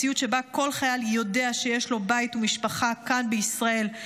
מציאות שבה כל חייל יודע שיש לו בית ומשפחה כאן בישראל,